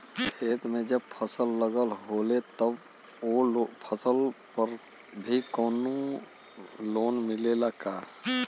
खेत में जब फसल लगल होले तब ओ फसल पर भी कौनो लोन मिलेला का?